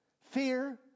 Fear